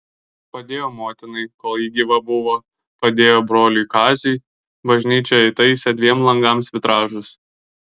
padėjo motinai kol ji gyva buvo padėjo broliui kaziui bažnyčioje įtaisė dviem langams vitražus